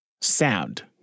sound